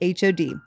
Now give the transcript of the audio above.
HOD